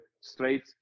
straight